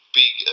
big